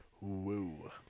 Woo